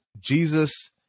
Jesus